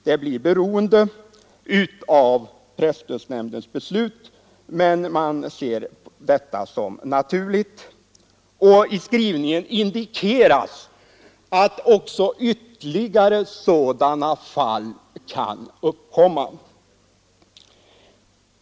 Det blir beroende av presstödsnämndens beslut, men man ser detta som naturligt, och i skrivningen indikeras att också ytterligare sådana fall kan uppkomma.